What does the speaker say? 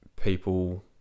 people